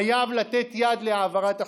חייב לתת יד להעברת החוקים,